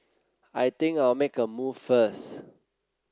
I think I'll make a move first